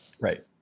Right